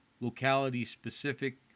locality-specific